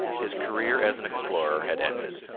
his career as an explorer had ended.